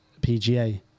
PGA